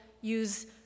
use